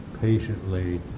patiently